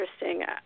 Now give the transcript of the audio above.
interesting